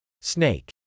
Snake